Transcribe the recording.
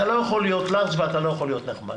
אתה לא יכול להיות לארג' ואתה לא יכול להיות נחמד.